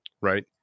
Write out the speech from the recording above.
right